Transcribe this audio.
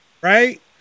right